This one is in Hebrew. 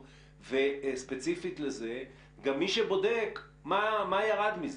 וספציפית לזה גם מי שבודק מה ירד מזה,